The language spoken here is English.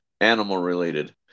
animal-related